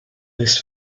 this